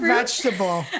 vegetable